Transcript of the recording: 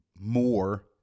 more